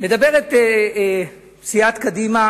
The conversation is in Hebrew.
סיעת קדימה